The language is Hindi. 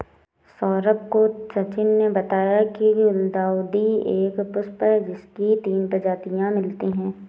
सौरभ को सचिन ने बताया की गुलदाउदी एक पुष्प है जिसकी तीस प्रजातियां मिलती है